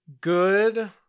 good